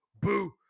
boo